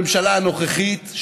הממשלה הנוכחית,